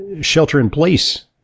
shelter-in-place